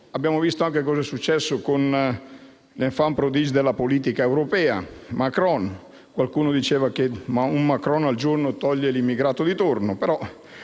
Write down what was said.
Abbiamo visto cos'è successo con gli *enfant prodige* della politica europea. Mi riferisco a Macron. Qualcuno diceva che un Macron al giorno toglie l'immigrato di torno,